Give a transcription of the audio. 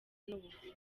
n’ubuvuzi